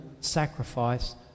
sacrifice